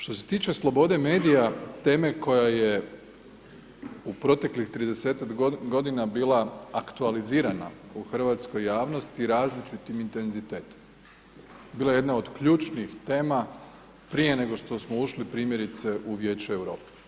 Što se tiče slobode medija, teme koja je u proteklih 30-ak godina bila aktualizirana u hrvatskoj javnosti različitim intenzitetom, bila je jedna od ključnih tema prije nego što smo ušli primjerice u Vijeće Europe.